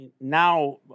now